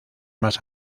más